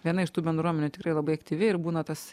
viena iš tų bendruomenių tikrai labai aktyvi ir būna tas